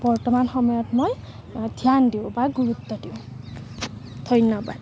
বৰ্তমান সময়ত মই ধ্যান দিওঁ বা গুৰুত্ব দিওঁ ধন্যবাদ